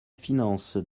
finances